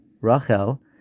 Rachel